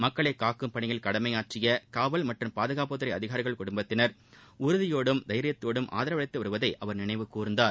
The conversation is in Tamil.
மக்களை காக்கும் பணியில் கடமையாற்றிய காவல் மற்றம் பாதுகாப்புத்துறை அதிகாரிகள் குடும்பத்தினர் உறுதியோடும் தைரியத்தோடும் ஆதரவளித்து வருவதை அவர் நினைவு கூர்ந்தார்